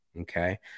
Okay